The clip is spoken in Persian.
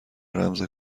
رمز